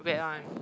wet one